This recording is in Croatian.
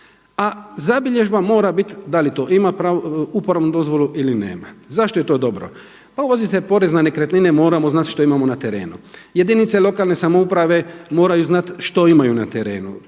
a zabilježba mora biti da li to ima uporabnu dozvolu ili nema. Zašto je to dobro? Pa uvodite porez na nekretnine, moramo znati šta imamo na terenu. Jedinice lokalne samouprave moraju znati što imaju na terenu,